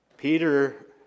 Peter